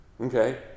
Okay